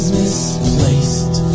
misplaced